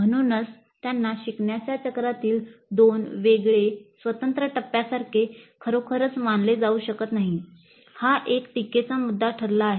म्हणूनच त्यांना शिकण्याच्या चक्रातील दोन वेगळे स्वतंत्र टप्प्यासारखे खरोखरच मानले जाऊ शकत नाही हा एक टीकेचा मुद्दा ठरला आहे